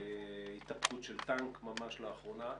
התהפכות של טנק ממש לאחרונה,